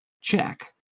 Check